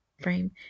frame